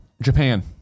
Japan